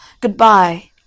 Goodbye